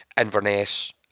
Inverness